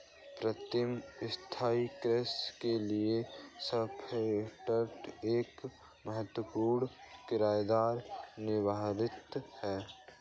प्रीतम स्थाई कृषि के लिए फास्फेट एक महत्वपूर्ण किरदार निभाता है